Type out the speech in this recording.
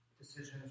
Decisions